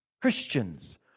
Christians